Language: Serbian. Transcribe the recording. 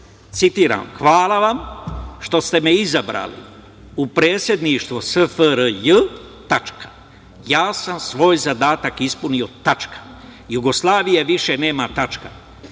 citiram – hvala vam što ste me izabrali u predsedništvo SFRJ tačka, ja sam svoj zadatak ispunio tačka Jugoslavije više nema tačka.